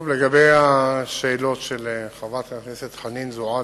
טוב, לגבי השאלות של חברת הכנסת חנין זועבי.